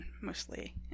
mostly